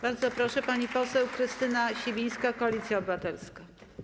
Bardzo proszę, pani poseł Krystyna Sibińska, Koalicja Obywatelska.